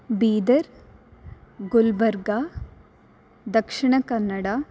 Bidar Gulbarga Dakshina Kannada